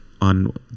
on